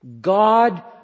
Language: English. God